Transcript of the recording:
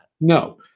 No